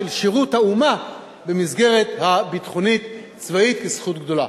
של שירות האומה במסגרת הביטחונית-צבאית כזכות גדולה.